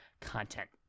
content